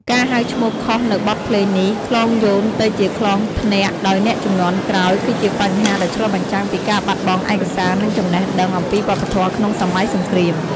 ការហៅឈ្មោះខុសនូវបទភ្លេងនេះ ខ្លងយោន ទៅជាខ្លងធ្នាក់ ដោយអ្នកជំនាន់ក្រោយ គឺជាបញ្ហាដែលឆ្លុះបញ្ចាំងពីការបាត់បង់ឯកសារ និងចំណេះដឹងអំពីវប្បធម៌ក្នុងសម័យសង្គ្រាម។